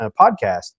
podcast